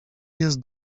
jest